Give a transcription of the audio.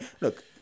Look